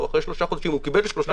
הוא קיבל שלושה חודשים.